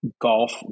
golf